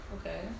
Okay